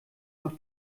noch